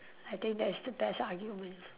I think that is the best argument